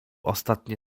ostatnie